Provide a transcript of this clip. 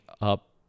up